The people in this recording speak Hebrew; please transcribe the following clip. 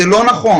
זה לא נכון.